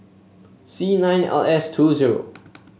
C nine L S two zero